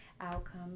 outcome